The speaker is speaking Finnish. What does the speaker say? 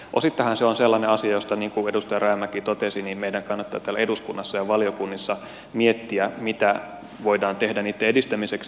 osittainhan se on sellainen asia josta niin kuin edustaja rajamäki totesi meidän kannattaa täällä eduskunnassa ja valiokunnissa miettiä mitä voidaan tehdä niitten edistämiseksi